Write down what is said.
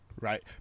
Right